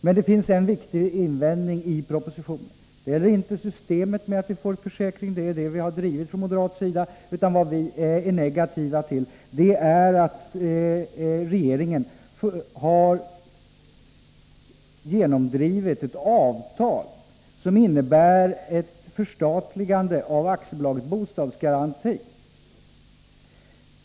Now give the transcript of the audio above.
Men det finns en viktig invändning mot propositionen. Det gäller inte att vi har fått ett system med försäkring — det är det kravet vi har drivit från moderatsidan. Vad vi är negativa till är att regeringen har genomdrivit ett avtal som innebär ett förstatligande av AB Bostadsgaranti.